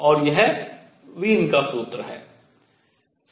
और यह वीन का सूत्र है